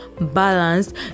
balanced